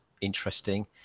interesting